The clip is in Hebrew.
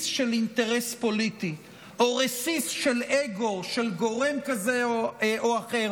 של אינטרס פוליטי או רסיס של אגו של גורם כזה או אחר